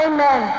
Amen